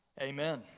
Amen